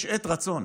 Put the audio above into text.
יש עת רצון.